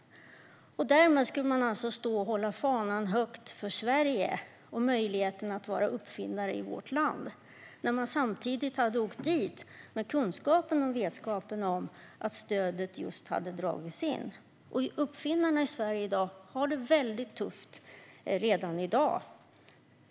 De skulle alltså stå och hålla fanan högt för Sverige och möjligheten att vara uppfinnare i vårt land samtidigt som de åkte dit med kunskapen och vetskapen om att stödet just hade dragits in. Uppfinnarna i Sverige har det väldigt tufft redan i dag.